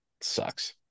Sucks